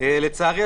לצערי,